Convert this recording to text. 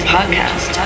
Podcast